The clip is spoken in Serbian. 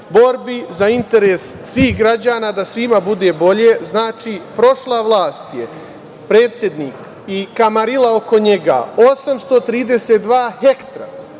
borbi za interes svih građana, da svima bude bolje. Prošla vlast, predsednik i kamarila oko njega je 832 hektara